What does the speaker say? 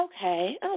Okay